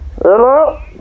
Hello